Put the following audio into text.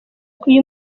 uyu